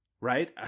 right